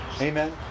Amen